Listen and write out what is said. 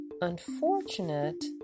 unfortunate